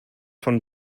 von